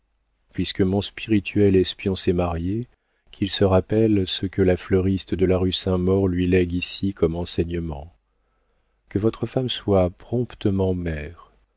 puisque mon spirituel espion s'est marié qu'il se rappelle ce que la fleuriste de la rue saint-maur lui lègue ici comme enseignement que votre femme soit promptement mère